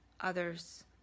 others